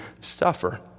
suffer